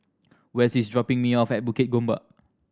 Wes is dropping me off at Bukit Gombak